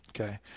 okay